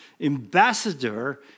ambassador